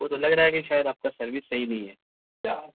وہ تو لگ رہا ہے کہ شاید آپ کا سروس صحیح نہیں ہے کیا